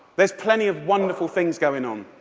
there is plenty of wonderful things going on.